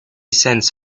sends